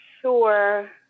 sure